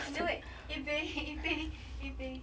I know wait 一杯一杯一杯